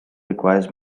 requires